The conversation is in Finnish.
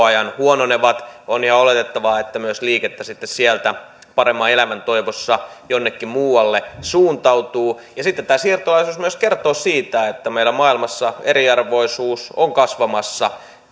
ajan huononevat on ihan oletettavaa että myös liikettä sitten sieltä paremman elämän toivossa jonnekin muualle suuntautuu ja sitten tämä siirtolaisuus kertoo myös siitä että meidän maailmassa eriarvoisuus on kasvamassa